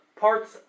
parts